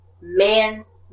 man's